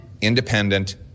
independent